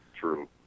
True